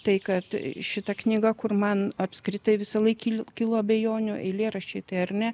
tai kad šita knyga kur man apskritai visąlaik kilo abejonių eilėraščiai tai ar ne